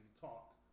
talk